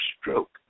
stroke